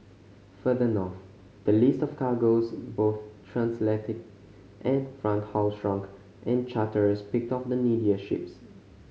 further north the list of cargoes both transatlantic and front haul shrunk and charterers picked off the needier ships